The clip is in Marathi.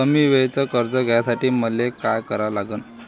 कमी वेळेचं कर्ज घ्यासाठी मले का करा लागन?